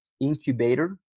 incubator